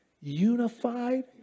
unified